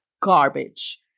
garbage